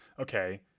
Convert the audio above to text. okay